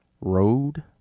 road